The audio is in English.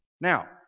Now